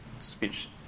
speech